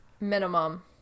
Minimum